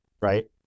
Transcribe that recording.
right